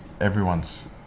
everyone's